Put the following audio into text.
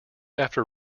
after